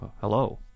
Hello